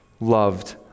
loved